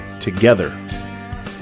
together